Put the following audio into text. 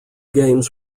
games